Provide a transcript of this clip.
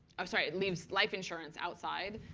i'm sorry. it leaves life insurance outside.